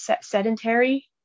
sedentary